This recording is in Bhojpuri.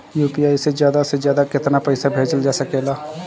यू.पी.आई से ज्यादा से ज्यादा केतना पईसा भेजल जा सकेला?